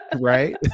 right